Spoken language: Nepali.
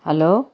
हेलो